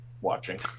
watching